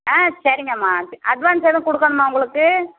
ஆ சரிங்கம்மா அட்வான்ஸ் எதுவும் கொடுக்கணுமா உங்களுக்கு